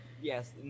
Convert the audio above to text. Yes